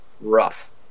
rough